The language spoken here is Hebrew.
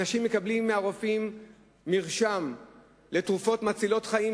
אנשים מקבלים מהרופא מרשם לתרופות מצילות חיים,